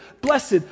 blessed